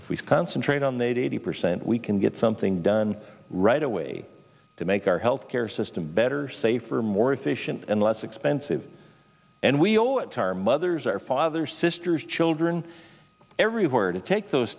if we concentrate on the eighty percent we can get something done right away to make our healthcare system better safer more efficient and less expensive and we owe it to our mothers or fathers sisters children everywhere to take those